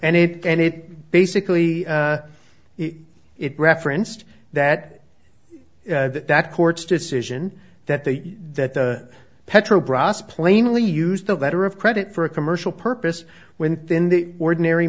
and it and it basically it referenced that that court's decision that the that petro bras plainly use the letter of credit for a commercial purpose when in the ordinary